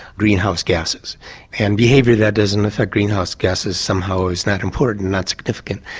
greenhouse gasses and behaviour that doesn't affect greenhouse gasses somehow is not important, not significant.